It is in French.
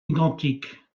identiques